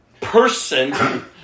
person